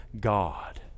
God